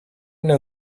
know